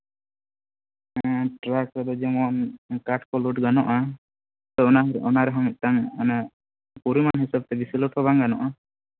truck ᱨᱮᱫᱚ ᱡᱮᱢᱚᱱ ᱠᱟᱴᱷ ᱠᱚ ᱞᱳᱰ ᱜᱟᱱᱚᱜᱼᱟ ᱚᱱᱟ ᱨᱮᱦᱚᱸ ᱢᱤᱫᱴᱟᱱ ᱯᱚᱨᱤᱢᱟᱱ ᱦᱤᱥᱟᱹᱵᱽᱛᱮ ᱵᱮᱥᱤ ᱞᱳᱰ ᱦᱚᱸ ᱵᱟᱝ ᱜᱟᱱᱚᱜᱼᱟ